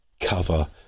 cover